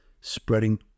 spreading